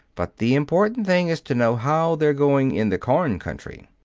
but the important thing is to know how they're going in the corn country.